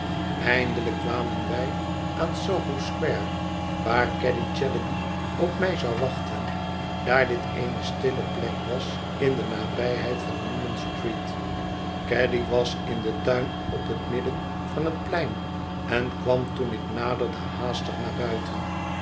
eindelijk kwamen wij aan soho square waar caddy jellyby op mij zou wachten daar dit eene stille plek was in de nabijheid van newman str eet caddy was in den tuin op het midden van het plein en kwam toen ik naderde haastig naar buiten